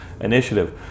initiative